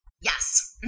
Yes